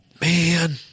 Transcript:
man